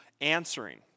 answering